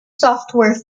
software